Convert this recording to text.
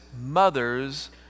mother's